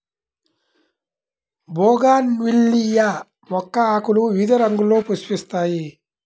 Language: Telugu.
బోగాన్విల్లియ మొక్క ఆకులు వివిధ రంగుల్లో పుష్పిస్తాయి